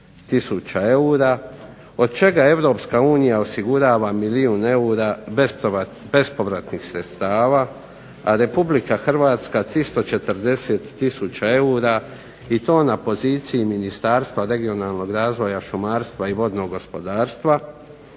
unija osigurava milijun eura bespovratnih sredstava, a Republika Hrvatska 340 tisuća eura i to na poziciji Ministarstva regionalnog razvoja, šumarstva i vodnog gospodarstva,